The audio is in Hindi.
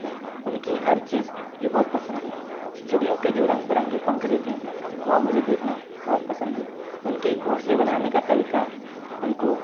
हैं उनकी हर चीज़ मुझे बहुत पसंद है चिड़ियों के जो रंग बिरंगे पंख रेहते हैं वह मुझे देखना बहुत पसंद है उनके घोंसले बनाने का तरीका उनको